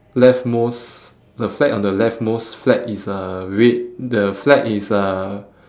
left most the flag on the left most flag is uh red the flag is uh